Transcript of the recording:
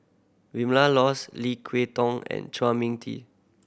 Vilma Laus Lim Kay Tong and Chua Mia Tee